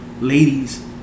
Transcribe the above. ladies